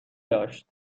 داشت